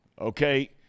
okay